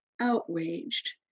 outraged